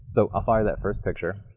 so i'll fire that first picture.